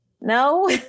No